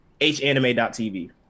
Hanime.tv